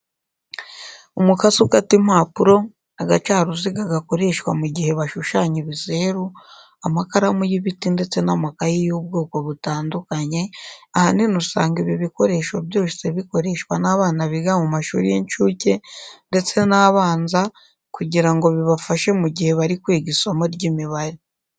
Umukasi ukata impapuro, agacaruziga gakoreshwa mu gihe bashushanya ibizeru, amakaramu y'ibiti ndetse n'amakayi y'ubwoko butandukanye, ahanini usanga ibi bikoresho byose bikoreshwa n'abana biga mu mashuri y'incuke ndetse n'abanza kugira ngo bibafashe mu gihe bari kwiga isomo ry'imibare.